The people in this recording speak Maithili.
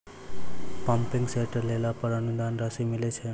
पम्पिंग सेट लेला पर अनुदान राशि मिलय छैय?